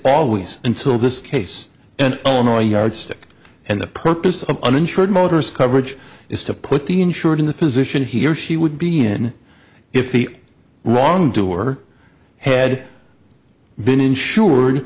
always until this case and only yardstick and the purpose of uninsured motorist coverage is to put the insured in the position he or she would be in if the wrongdoer head been insured